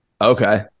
Okay